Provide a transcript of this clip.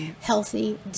healthy